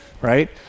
right